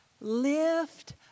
Lift